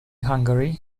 hungary